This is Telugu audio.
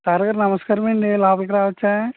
సార్ గారు నమస్కారం అండి లోపలికి రావచ్చా